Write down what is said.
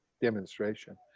demonstration